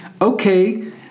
okay